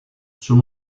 sul